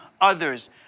others